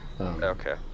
Okay